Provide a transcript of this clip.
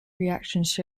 reactions